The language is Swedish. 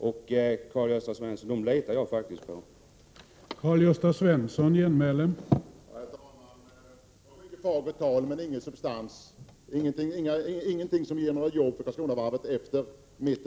Och dem litar jag faktiskt på, Karl-Gösta Svenson!